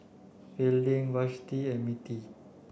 Fielding Vashti and Mettie